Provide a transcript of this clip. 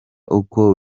uko